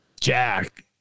Jack